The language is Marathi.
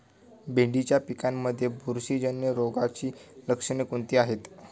भेंडीच्या पिकांमध्ये बुरशीजन्य रोगाची लक्षणे कोणती आहेत?